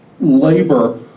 labor